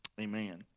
Amen